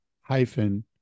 hyphen